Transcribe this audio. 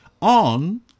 on